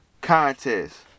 contest